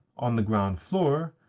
on the ground floor,